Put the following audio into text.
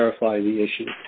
clarify the issue